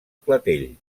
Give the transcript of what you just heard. clatell